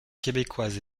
québécoise